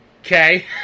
okay